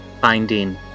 finding